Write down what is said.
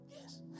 yes